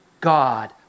God